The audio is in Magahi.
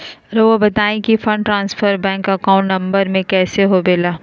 रहुआ बताहो कि fund transfer bank account number में कैसे होबेला?